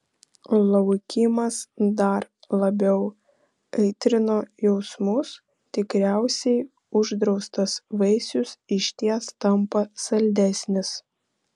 laukimas dar labiau aitrino jausmus tikriausiai uždraustas vaisius išties tampa saldesnis